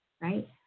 right